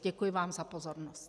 Děkuji vám za pozornost.